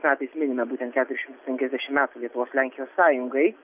metais minime būtent keturis šimtus penkiasdešimt metų lietuvos lenkijos sąjungai